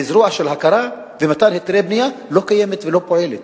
וזרוע של הכרה ומתן היתרי בנייה לא קיימת ולא פועלת.